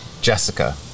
Jessica